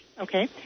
okay